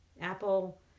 Apple